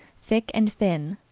thick and thin.